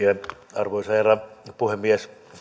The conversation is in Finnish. arvoisa herra puhemies